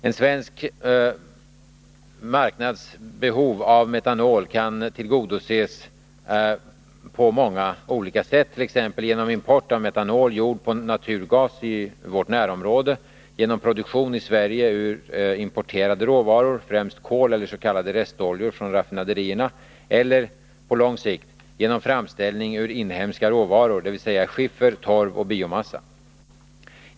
En svensk marknads behov av metanol kan tillgodoses på många olika sätt, t.ex. genom import av metanol gjord på naturgas i vårt närområde, genom produktion i Sverige ur importerade råvaror, främst kol eller s.k. restoljor från raffinaderierna, eller — på lång sikt — genom framställning ur inhemska råvaror, dvs. skiffer, torv och biomassa.